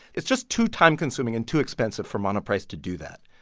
it's just too time-consuming and too expensive for monoprice to do that.